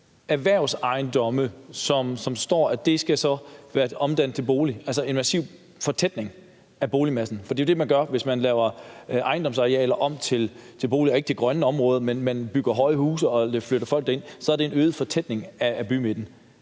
erhvervsejendomme, som står tomme, skal omdannes til boliger – altså en massiv fortætning af boligmassen? For det er jo det, man gør, hvis man laver ejendomsarealer om til boliger og ikke til grønne områder, men bygger høje huse og flytter folk derind; det er en øget fortætning af bymidten.